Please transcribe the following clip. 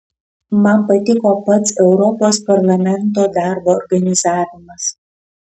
man patiko pats europos parlamento darbo organizavimas